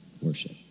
worship